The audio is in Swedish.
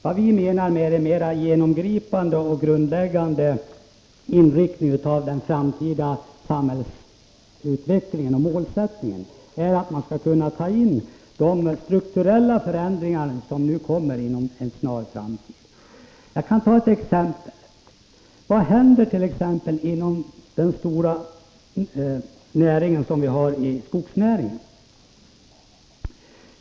Vad vi menar med en mera genomgripande och grundläggande inriktning av den framtida samhällsutvecklingen är att man beaktar de strukturella förändringar som kommer att ske inom en snar framtid. Jag kan ta några exempel. Vad händer exempelvis inom den stora näring 29 som skogsnäringen utgör?